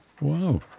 Wow